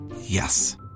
Yes